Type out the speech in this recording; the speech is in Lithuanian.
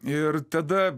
ir tada